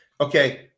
Okay